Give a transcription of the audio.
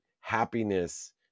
happiness